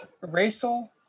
racial